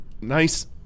nice